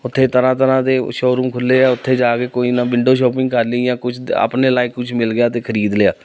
ਉੱਥੇ ਤਰ੍ਹਾਂ ਤਰ੍ਹਾਂ ਦੇ ਸ਼ੋਅਰੂਮ ਖੁੱਲ੍ਹੇ ਆ ਉੱਥੇ ਜਾ ਕੇ ਕੋਈ ਨਾ ਵਿੰਡੋ ਸ਼ੋਪਿੰਗ ਕਰ ਲਈ ਜਾਂ ਕੁਛ ਆਪਣੇ ਲਾਇਕ ਕੁਛ ਮਿਲ ਗਿਆ ਤਾਂ ਖਰੀਦ ਲਿਆ